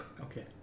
Okay